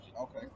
Okay